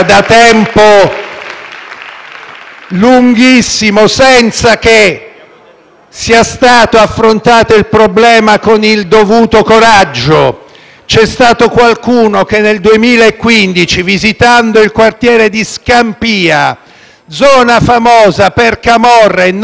lunghissimo, senza che sia stato affrontato il problema con il dovuto coraggio. *(Applausi dal Gruppo M5S)*. C'è stato qualcuno che, nel 2015, visitando il quartiere di Scampia, zona famosa per camorra e non per corruzione,